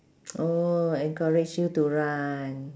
oh encourage you to run